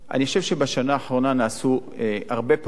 אני חושב שבשנה האחרונה נעשו הרבה פעולות.